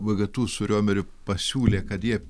vgtu su riomeriu pasiūlė kad jie